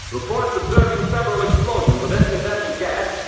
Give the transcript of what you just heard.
reports observing several explosions of incandescent gas,